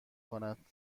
کند